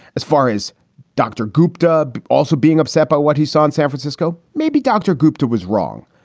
as far as dr. gupta also being upset by what he saw in san francisco, maybe dr. gupta was wrong.